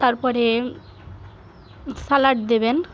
তারপরে স্যালাড দেবেন